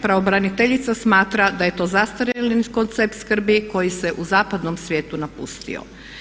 Pravobraniteljica smatra da je to zastarjeli koncept skrbi koji se u zapadnom svijetu napustio.